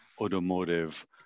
automotive